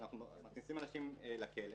אנחנו מכניסים אנשים לכלא